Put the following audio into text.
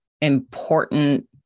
important